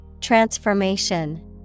Transformation